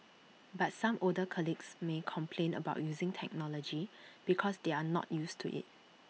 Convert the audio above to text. but some older colleagues may complain about using technology because they are not used to IT